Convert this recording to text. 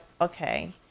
okay